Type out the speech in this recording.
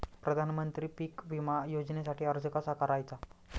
प्रधानमंत्री पीक विमा योजनेसाठी अर्ज कसा करायचा?